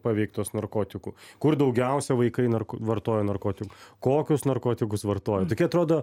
paveiktos narkotikų kur daugiausiai vaikai vartoja narkotikus kokius narkotikus vartoja tokie atrodo